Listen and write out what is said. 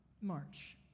March